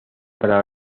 para